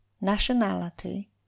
nationality